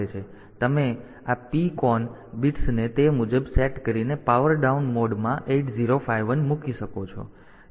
તેથી તમે આ PCON બિટ્સને તે મુજબ સેટ કરીને પાવર ડાઉન મોડમાં તે 8051 મૂકી શકો છો